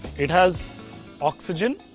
it has oxygen.